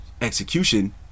execution